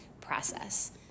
process